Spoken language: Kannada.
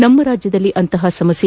ನಮ್ಮ ರಾಜ್ಯದಲ್ಲಿ ಅಂತಹ ಸಮಸ್ಯೆ